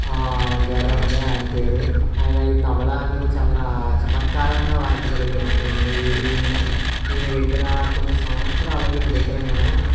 గారు అండీ ఆయన పేరు ఆయన ఈ తబలా అనేది చాలా చమత్కారంగా వాయించగలిగేవారు అండి ఈయన ఈయన దగ్గర కొన్ని సంవత్సరాలు ఈయన దగ్గర నేను